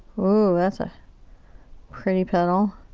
ooh. that's a pretty petal.